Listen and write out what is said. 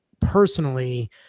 personally